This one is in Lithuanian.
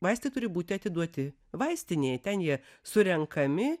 vaistai turi būti atiduoti vaistinėj ten jie surenkami